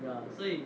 所以